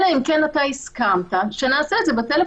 אלא אם כן אתה הסכמת שנעשה את זה בטלפון.